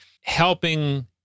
helping